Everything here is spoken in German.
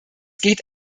geht